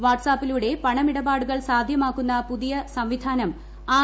വാട്സാപ്പിലൂടെ പണമിടപാടുക്ടൂൾ സാധ്യമാക്കുന്ന പുതിയ സംവിധാനം ആർ